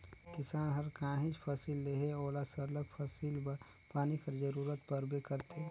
किसान हर काहींच फसिल लेहे ओला सरलग फसिल बर पानी कर जरूरत परबे करथे